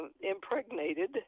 impregnated